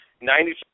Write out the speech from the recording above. Ninety